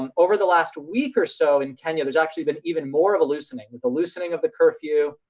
um over the last week or so, in kenya there's actually been even more of a loosening. the loosening of the curfew.